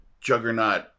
juggernaut